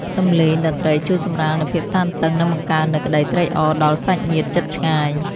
សំឡេងតន្ត្រីជួយសម្រាលនូវភាពតានតឹង និងបង្កើននូវក្ដីត្រេកអរដល់សាច់ញាតិជិតឆ្ងាយ។